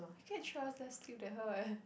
you get 3 hours less sleep than her eh